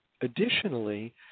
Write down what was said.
additionally